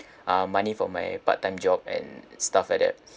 uh money from my part-time job and stuff like that